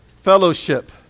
Fellowship